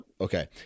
Okay